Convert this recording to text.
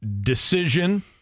decision